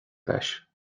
leis